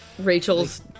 rachel's